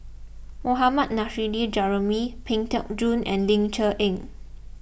Mohammad Nurrasyid Juraimi Pang Teck Joon and Ling Cher Eng